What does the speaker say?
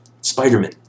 Spider-Man